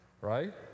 right